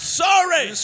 sorry